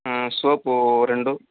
soap రెండు